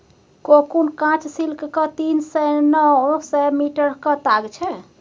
cocoon काँच सिल्कक तीन सय सँ नौ सय मीटरक ताग छै